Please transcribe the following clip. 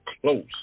close